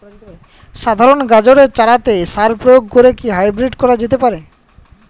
সাধারণ গাজরের চারাতে সার প্রয়োগ করে কি হাইব্রীড করা যেতে পারে?